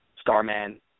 Starman